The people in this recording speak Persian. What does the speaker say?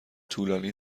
طولانی